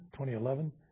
2011